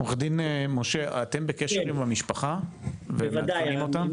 עו"ד משה, אתם בקשר עם המשפחה ומעדכנים אותם?